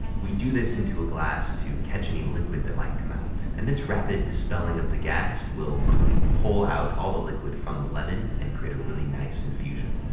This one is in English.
we do this into a glass to catch any liquid that might come out, and this rapid dispelling of the gas will quickly pull out all the liquid from the lemon and create a really nice infusion.